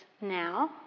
now